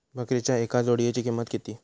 बकरीच्या एका जोडयेची किंमत किती?